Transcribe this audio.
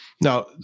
Now